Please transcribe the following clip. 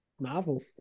Marvel